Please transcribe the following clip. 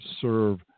serve